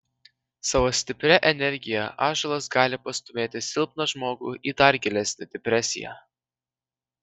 savo stipria energija ąžuolas gali pastūmėti silpną žmogų į dar gilesnę depresiją